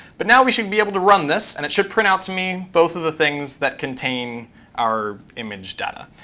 but now we should be able to run this, and it should print out to me both of the things that contain our image data.